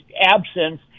absence